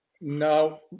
No